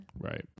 Right